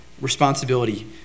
responsibility